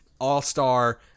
All-star